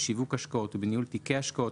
בשיווק השקעות ובניהול תיקי השקעות,